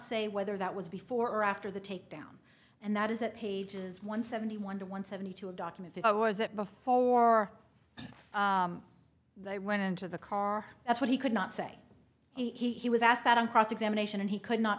say whether that was before or after the takedown and that is at pages one seventy one to one seventy two a document or was it before they went into the car that's what he could not say he was asked that on cross examination and he could not